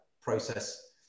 process